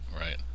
Right